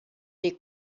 est